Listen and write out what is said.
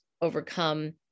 overcome